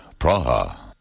Praha